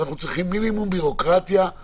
אנחנו צריכים מינימום בירוקרטיה בתהליך הזה.